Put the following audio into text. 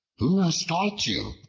who has taught you,